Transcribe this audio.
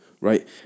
right